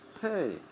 Hey